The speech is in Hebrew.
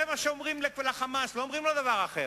זה מה שאומרים ל"חמאס", לא אומרים לו דבר אחר,